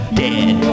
dead